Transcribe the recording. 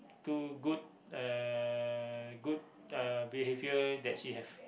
too good uh good uh behavior that she have